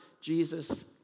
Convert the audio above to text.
Jesus